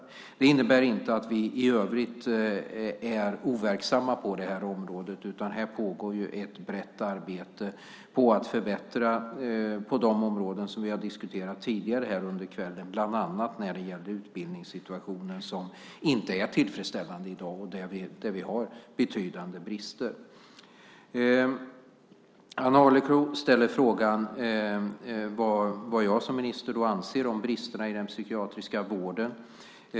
Detta innebär inte att vi i övrigt är overksamma, utan det pågår ett brett arbete med att förbättra på de områden som vi tidigare här i kväll har diskuterat. Bland annat gäller det utbildningssituationen som i dag inte är tillfredsställande. Där har vi betydande brister. Ann Arleklo frågar vad jag som minister anser om bristerna i den psykiatriska vården.